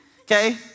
okay